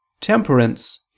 temperance